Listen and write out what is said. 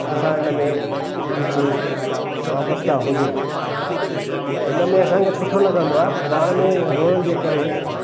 असां इन में बिल्कुलु बाबश्ता हुजूं त इन में असांखे सुठो लॻंदो आहे पाण में हुजण जे करे